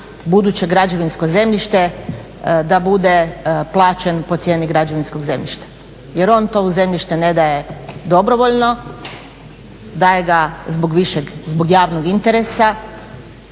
buduće građevinsko zemljište, da bude plaćen po cijeni građevinskog zemljišta jer on to zemljište ne daje dobrovoljno, daje ga zbog višeg,